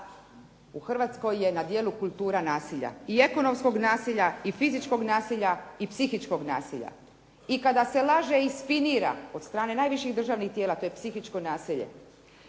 u Hrvatskoj je na djelu kultura nasilja, i ekonomskog nasilja i fizičkog nasilja, i psihičkog nasilja. I kada se laže i isfinira od strane najviših državnih tijela to je psihičko nasilje.